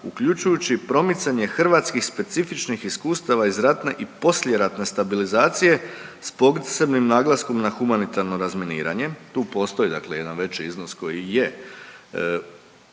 uključujući promicanje hrvatskih specifičnih iskustava iz ratna i poslijeratne stabilizacije s posebnim naglaskom na humanitarno razminiranje“, tu postoji dakle jedan veći iznos koji je